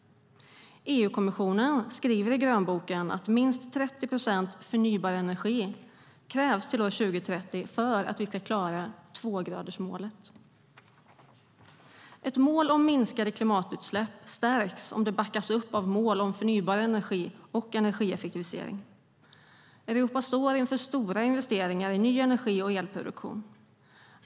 EU-kommissionen skriver i grönboken att minst 30 procent förnybar energi krävs till år 2030 för att vi ska klara tvågradersmålet. Ett mål om minskade klimatutsläpp stärks om det backas upp av mål om förnybar energi och energieffektivisering. Europa står inför stora investeringar i ny energi och elproduktion.